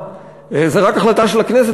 זאת רק החלטה של הכנסת,